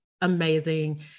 amazing